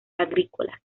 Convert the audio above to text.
agrícolas